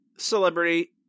celebrity